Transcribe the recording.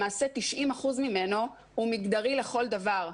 למעשה 90% ממנו הוא מגדרי לכל דבר,